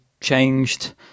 changed